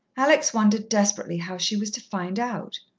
alex wondered desperately how she was to find out.